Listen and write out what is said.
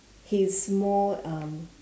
he's more um